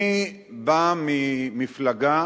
אני בא ממפלגה